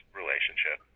relationship